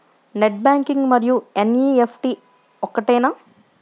Net banking మరియు NEFT ఒకటేనా?